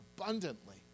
abundantly